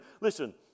Listen